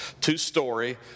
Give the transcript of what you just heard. two-story